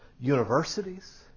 universities